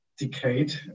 decade